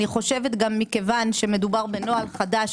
אני חושבת שמכיוון שמדובר בנוהל חדש,